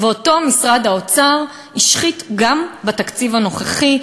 ואותו משרד האוצר השחית גם בתקציב הנוכחי.